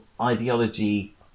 ideology